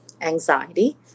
anxiety